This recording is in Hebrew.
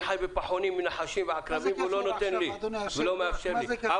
בפחונים עם נחשים ועקרבים והוא לא נותן לי ולא מאפשר לי.